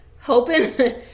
hoping